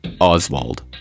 Oswald